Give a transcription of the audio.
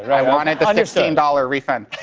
i wanted the ah fifteen dollars refund.